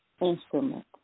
instrument